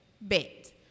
bet